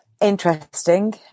interesting